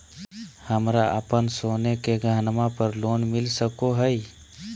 हमरा अप्पन सोने के गहनबा पर लोन मिल सको हइ?